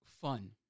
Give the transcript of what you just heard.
fun